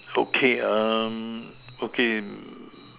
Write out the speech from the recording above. okay um okay